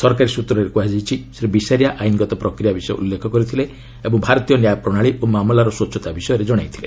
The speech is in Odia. ସରକାରୀ ସ୍ୱତ୍ରରେ କୁହାଯାଇଛି ଶ୍ରୀ ବିସାରିଆ ଆଇନଗତ ପ୍ରକ୍ରିୟା ବିଷୟ ଉଲ୍ଲେଖ କରିଥିଲେ ଏବଂ ଭାରତୀୟ ନ୍ୟାୟ ପ୍ରଶାଳୀ ଓ ମାମଲାର ସ୍ୱଚ୍ଚତା ବିଷୟରେ ଜଣାଇଥିଲେ